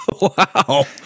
Wow